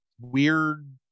weird